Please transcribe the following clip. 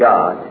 God